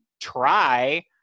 try